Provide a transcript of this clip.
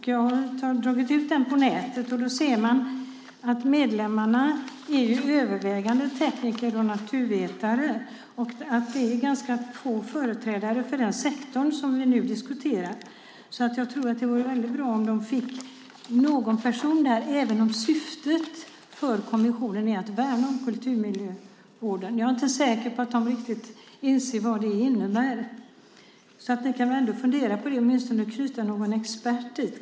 Jag har dragit ut namnen från nätet, och då ser man att medlemmarna övervägande är tekniker och naturvetare. Det är ganska få företrädare för den sektor som vi nu diskuterar. Det vore bra om den fick någon person där. Även om syftet för kommissionen är att värna om kulturmiljövården är jag inte säker på att medlemmarna riktigt inser vad det innebär. Ni kan väl ändå fundera på det eller åtminstone knyta någon expert dit.